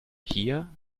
hier